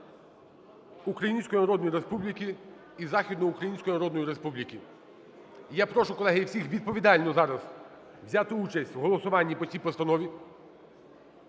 Української Народної Республіки і Західноукраїнської Народної Республіки. Я прошу, колеги, всіх відповідально зараз взяти участь в голосуванні по цій постанові.